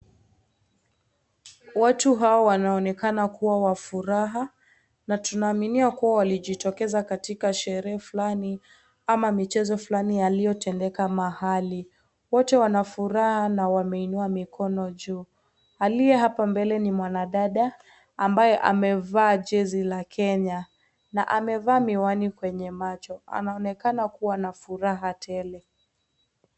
Watu hawa wanaoneka kuwa wa furaha, na tunaaminia kuwa walijitokeza katika sherehe fulani ama michezo fulani yaliyotendeka mahali, wote wana furaha na wameinua mikono juu, aliye hapo mbele ni mwanadada ambaye amevaa jesi la Kenya, na amevaa miwani kwenye macho anaonekana kuwa na furaha tele.